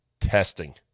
testing